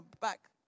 back